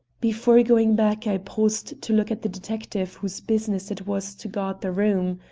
before going back i paused to look at the detective whose business it was to guard the room.